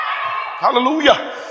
hallelujah